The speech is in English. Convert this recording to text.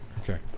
Okay